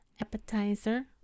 appetizer